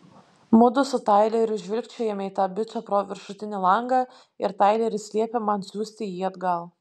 mudu su taileriu žvilgčiojame į tą bičą pro viršutinį langą ir taileris liepia man siųsti jį atgal